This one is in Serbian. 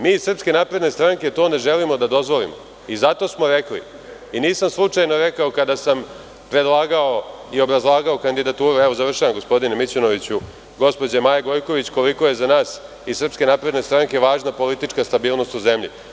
Mi iz Srpske napredne stranke to ne želimo da dozvolimo i zato smo rekli i nisam slučajno rekao kada sam predlagao i obrazlagao kandidaturu, evo završavam gospodine Mićunoviću, gospođa Maja Gojković koliko je za nas iz Srpske napredne stranke važna politička stabilnost u zemlji.